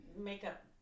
makeup